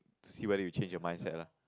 to see whether you change your mindset lah